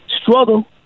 Struggle